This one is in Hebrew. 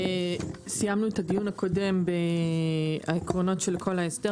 סיימנו את הדיון הקודם בעקרונות של כל ההסדר,